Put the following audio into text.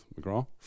McGrath